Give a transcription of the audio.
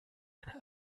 einer